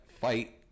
fight